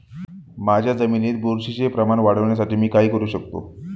माझ्या जमिनीत बुरशीचे प्रमाण वाढवण्यासाठी मी काय करू शकतो?